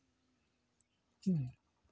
ᱦᱩᱸ